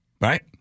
right